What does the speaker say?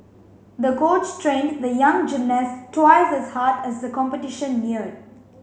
the coach trained the young gymnast twice as hard as the competition neared